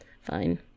Fine